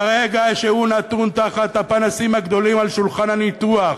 ברגע שהוא נתון תחת הפנסים הגדולים על שולחן הניתוח,